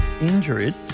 Injured